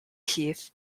heath